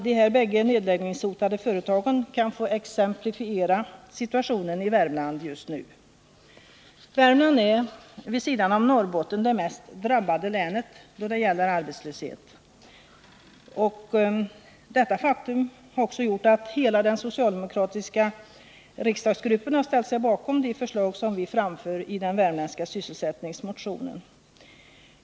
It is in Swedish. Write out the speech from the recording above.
De här bägge nedläggningshotade företagen kan få exemplifiera situationen i Värmland just nu. Värmland är, vid sidan av Norrbotten, det mest drabbade länet då det gäller arbetslöshet. Detta faktum har också gjort att hela den socialdemokratiska riksdagsgruppen har ställt sig bakom de förslag som vi framför i den värmländska sysselsättningsmotionen.